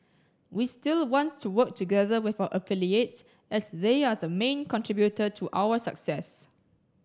we still wants to work together with our affiliates as they are the main contributor to our success